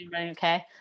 Okay